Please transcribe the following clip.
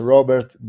Robert